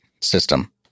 system